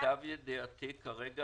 למיטב ידיעתי, כרגע